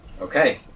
Okay